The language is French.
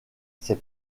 ces